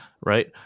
right